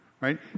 right